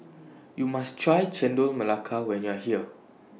YOU must Try Chendol Melaka when YOU Are here